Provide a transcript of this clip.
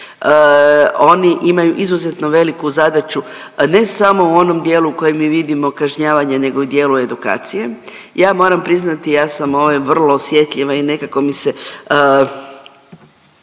Oni imaju izuzetno veliku zadaću ne samo u onom dijelu koji mi vidimo kažnjavanje, nego i u dijelu edukacije. Ja moram priznati ja sam ovdje vrlo osjetljiva i nekako mi se